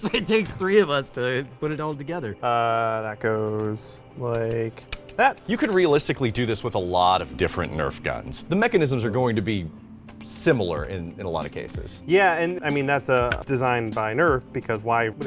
it takes three of us to put it all together. bill ah that goes like that you could realistically do this with a lot of different nerf guns. the mechanisms are going to be similar in in a lot of cases. bill yeah and i mean that's a design by nerf because why, what